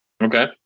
Okay